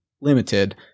limited